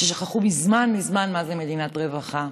והיא שכחה מזמן מזמן מה זו מדינת רווחה.